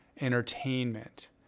entertainment